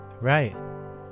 Right